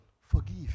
forgive